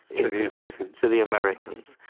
to the americans? to the americans,